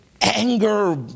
anger